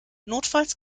notfalls